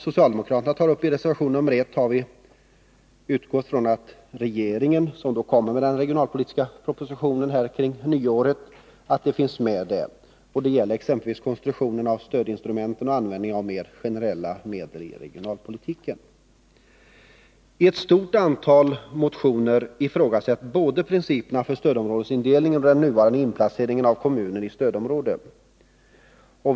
Vi har utgått från att regeringen i den regionalpolitiska proposition som kommer kring nyåret tar upp de frågor som återfinns i socialdemokraternas reservation 1. Det gäller exempelvis konstruktionen av stödinstrumenten och användningen av mer generella medel i regionalpolitiken. I ett stort antal motioner ifrågasätts både principerna för stödområdesindelningen och den nuvarande inplaceringen av kommuner i stödområden.